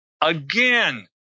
Again